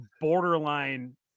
borderline